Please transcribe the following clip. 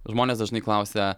žmonės dažnai klausia